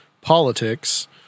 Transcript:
politics